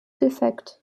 defekt